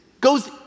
goes